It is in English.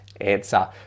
answer